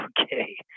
okay